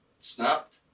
snapped